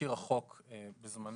תזכיר החוק בזמנו,